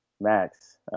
max